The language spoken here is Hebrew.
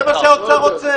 --- זה מה שהאוצר רוצה.